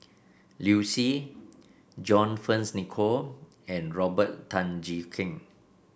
Liu Si John Fearns Nicoll and Robert Tan Jee Keng